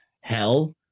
hell